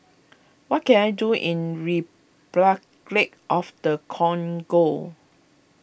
what can I do in Repuclic of the Congo